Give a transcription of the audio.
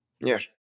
Yes